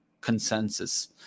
consensus